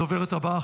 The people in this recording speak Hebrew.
הדוברת הבאה,